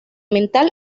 mental